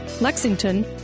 Lexington